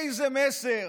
איזה מסר,